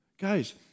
Guys